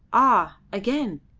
ah! again!